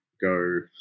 go